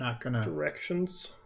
directions